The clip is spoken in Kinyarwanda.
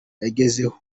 yagezeho